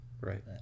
Right